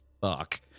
fuck